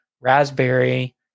raspberry